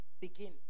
begin